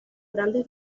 grandes